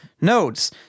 nodes